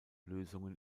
lösungen